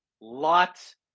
lots